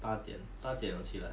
八点八点我起来